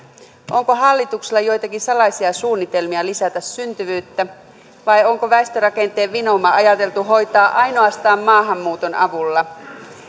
onko hallituksella joitakin salaisia suunnitelmia lisätä syntyvyyttä vai onko väestörakenteen vinouma ajateltu hoitaa ainoastaan maahanmuuton avulla